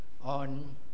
on